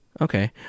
Okay